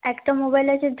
একটা মোবাইল আছে